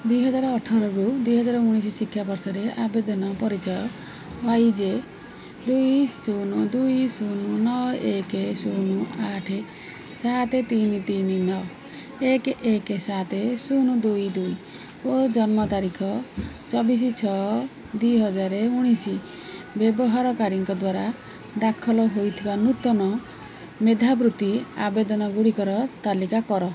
ଦୁଇ ହଜାର ଅଠରରୁ ଦୁଇ ହଜାର ଉଣେଇଶ ଶିକ୍ଷାବର୍ଷରେ ଆବେଦନ ପରିଚୟ ଓ୍ୱାଇ ଜେ ଦୁଇ ଶୂନ ଦୁଇ ଶୂନ ନଅ ଏକ ଶୂନ ଆଠ ସାତ ତିନି ତିନି ନଅ ଏକ ଏକ ସାତ ଶୂନ ଦୁଇ ଦୁଇ ଓ ଜନ୍ମ ତାରିଖ ଚବିଶି ଛଅ ଦୁଇ ହଜାର ଉଣେଇଶି ବ୍ୟବହାରକାରୀଙ୍କ ଦ୍ଵାରା ଦାଖଲ ହୋଇଥିବା ନୂତନ ମେଧାବୃତ୍ତି ଆବେଦନଗୁଡ଼ିକର ତାଲିକା କର